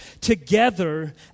together